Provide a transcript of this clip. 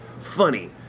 funny